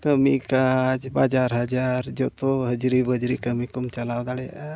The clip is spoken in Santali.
ᱠᱟᱹᱢᱤ ᱠᱟᱡᱽ ᱵᱟᱡᱟᱨ ᱦᱟᱡᱟᱨ ᱡᱚᱛᱚ ᱦᱟᱹᱡᱽᱨᱤ ᱵᱟᱹᱡᱽᱨᱤ ᱠᱟᱹᱢᱤ ᱠᱚᱢ ᱪᱟᱞᱟᱣ ᱫᱟᱲᱮᱭᱟᱜᱼᱟ